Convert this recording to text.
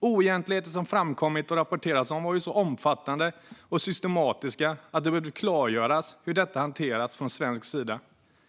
Oegentligheter som har framkommit och rapporterats har varit så omfattande och systematiska att det behövde klargöras hur detta hanterats från svensk sida.